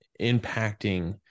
impacting